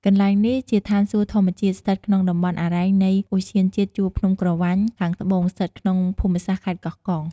កន្លែងនេះ ជាឋានសួគ៌ធម្មជាតិ ស្ថិតក្នុងតំបន់អារ៉ែង នៃឧទ្យានជាតិជួរភ្នំក្រវាញខាងត្បូង ស្ថិតក្នុងភូមិសាស្ត្រខេត្តកោះកុង។